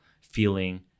feeling